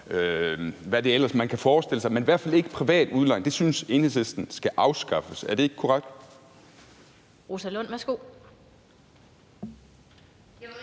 hvad man ellers kan forestille sig, men i hvert fald ikke privat udlejning – det synes Enhedslisten skal afskaffes. Er det ikke korrekt?